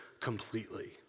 completely